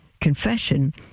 confession